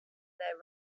their